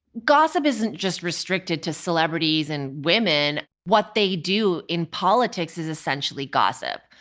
gossip isn't just restricted to celebrities and women. what they do in politics is essentially gossip.